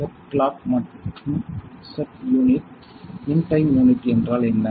set clock மற்றும் set unit இன் time unit என்றால் என்ன